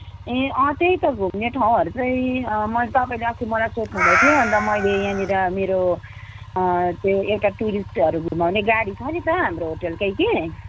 ए त्यही त घुम्ने ठाउँहरू चाहिँ मैले तपाईँले अस्ति मलाई सोध्नुहुँदै थियो अनि त मैले यहाँनिर मेरो त्यो एउटा टुरिस्टहरू घुमाउने गाडी छ नि त हाम्रो होटेलकै कि